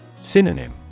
Synonym